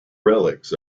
relics